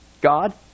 God